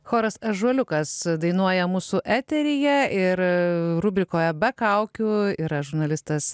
choras ąžuoliukas dainuoja mūsų eteryje ir rubrikoje be kaukių yra žurnalistas